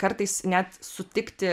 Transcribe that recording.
kartais net sutikti